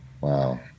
Wow